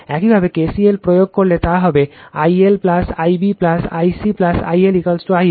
একইভাবে KCL প্রয়োগ করলে তা হবে I L I b I c I L I L